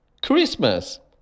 Christmas